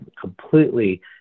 completely